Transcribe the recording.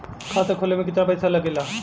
खाता खोले में कितना पैसा लगेला?